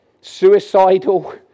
suicidal